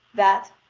that,